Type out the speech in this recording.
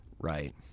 Right